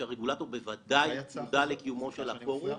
הרגולטור בוודאי מודע לקיומו של הפורום.